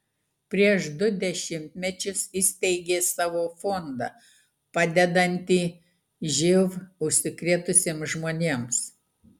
prieš du dešimtmečius įsteigė savo fondą padedantį živ užsikrėtusiems žmonėms